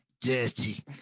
Dirty